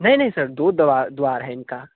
नहीं नहीं सर दो दवार द्वार है इनका